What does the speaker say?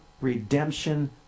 redemption